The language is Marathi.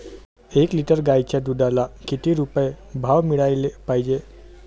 एक लिटर गाईच्या दुधाला किती रुपये भाव मिळायले पाहिजे?